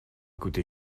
coûté